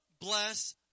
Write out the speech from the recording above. bless